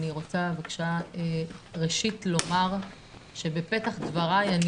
אני רוצה בבקשה ראשית לומר שבפתח דבריי אני